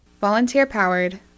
Volunteer-powered